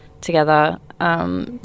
together